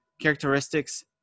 characteristics